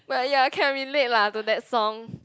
but ya can relate lah to that song